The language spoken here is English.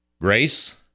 Grace